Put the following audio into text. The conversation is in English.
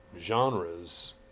genres